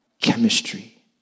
chemistry